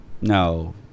No